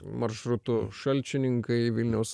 maršrutu šalčininkai vilniaus